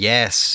Yes